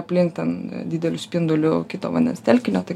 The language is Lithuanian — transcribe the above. aplink ten dideliu spinduliu kito vandens telkinio tai